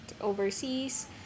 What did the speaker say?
overseas